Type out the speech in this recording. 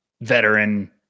veteran